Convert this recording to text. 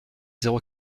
zéro